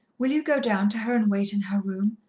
will you go down to her and wait in her room?